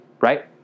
Right